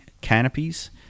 canopies